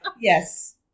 Yes